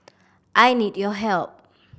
I need your help